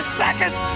seconds